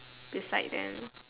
beside them